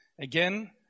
Again